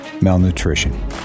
malnutrition